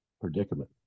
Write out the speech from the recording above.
predicament